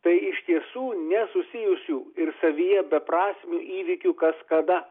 tai iš tiesų nesusijusių ir savyje beprasmių įvykių kaskada